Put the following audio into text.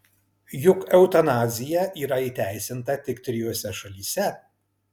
juk eutanazija yra įteisinta tik trijose šalyse